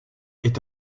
est